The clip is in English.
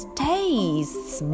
tastes